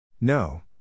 No